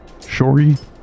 Shory